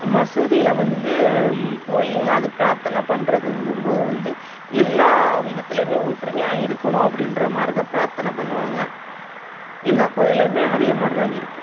மசூதியில் வந்து போய் அது பிராத்தனை பண்றதுங்கும்போது வந்து எல்லா விதத்துலையுமே ஒற்றுமையாக இருக்கணும் அப்படின்ற மாதிரி தான் பிராத்தனை பண்ணுவாங்க எல்லா கோயில்லையும் அதே மாதிரி தான் இருக்குது